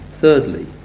thirdly